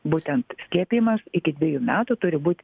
būtent skiepijimas iki dvejų metų turi būt